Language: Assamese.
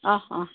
অঁহ অঁহ